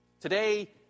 Today